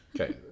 Okay